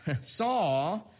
saw